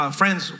friends